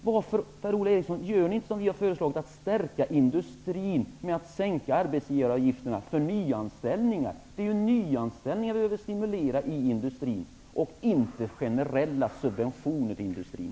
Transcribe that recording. Varför gör ni inte, Per Ola Eriksson, som vi har föreslagit, nämligen att stärka industrin med att sänka arbetsgivaravgifterna vid nyanställningar? Det är nyanställningar vi behöver stimulera i industrin, inte ge generella subventioner till industrin.